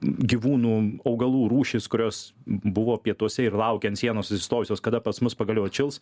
gyvūnų augalų rūšys kurios buvo pietuose ir laukė ant sienos atsistojusios kada pas mus pagaliau atšils